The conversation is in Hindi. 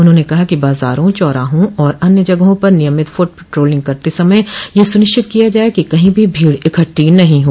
उन्होंने कहा कि बाजारों चौराहों और अन्य जगहों पर नियमित फूट पेट्रालिंग करते समय यह सुनिश्चित किया जाये कि कहीं भी भीड़ इकट्ठी नहीं हो